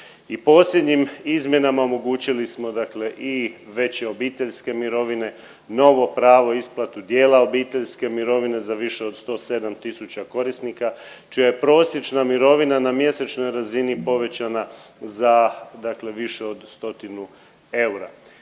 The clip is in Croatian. i posljednjim izmjenama omogućili smo dakle i veće obiteljske mirovine, novo pravo isplatu dijela obiteljske mirovine za više od 107 tisuća korisnika čija je prosječna mirovina na mjesečnoj razini povećana za dakle više od stotinu eura.